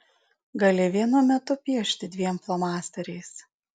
gali vienu metu piešti dviem flomasteriais